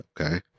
okay